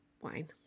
wine